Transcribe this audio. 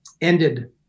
ended